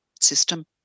system